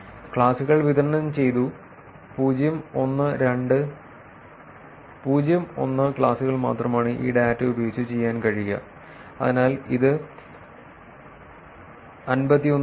ക്ലാസുകൾ വിതരണം ചെയ്തു 0 1 2 0 1 ക്ലാസുകൾ മാത്രമാണ് ഈ ഡാറ്റ ഉപയോഗിച്ച് ചെയ്യാൻ കഴിയുക റഫർ സമയം 2545 അതിനാൽ ഇത് 51 ചെയ്തു